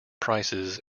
prices